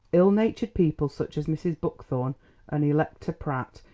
ill-natured people, such as mrs. buckthorn and electa pratt,